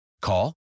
Call